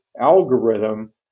algorithm